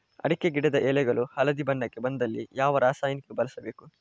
ಅಡಿಕೆ ಗಿಡದ ಎಳೆಗಳು ಹಳದಿ ಬಣ್ಣಕ್ಕೆ ಬಂದಲ್ಲಿ ಯಾವ ರಾಸಾಯನಿಕ ಬಳಸಬೇಕು?